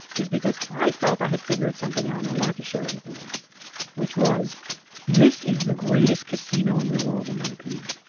because i felt i had figured something out and i wanted to share it with the world which was this is the greatest casino in the world, in my opinion.